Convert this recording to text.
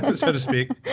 but so to speak,